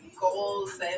goals